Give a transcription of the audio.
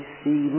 see